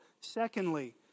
Secondly